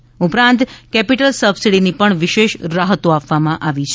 તે ઉપરાંત કેપિટલ સબસિડીની પણ વિશેષ રાહતો આપવામાં આવી છે